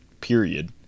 period